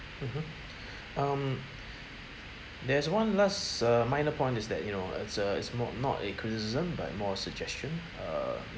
mmhmm um there's one last uh minor point is that you know uh is uh it's not not a criticism but more a suggestion uh